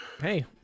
hey